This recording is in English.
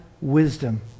wisdom